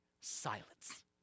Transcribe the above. silence